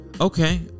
Okay